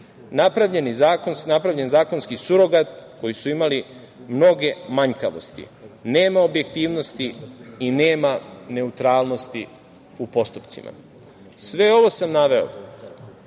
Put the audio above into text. Napravljen zakonski surogat koji su imali mnoge manjkavosti – nema objektivnosti i nema neutralnosti u postupcima. Sve ovo sam naveo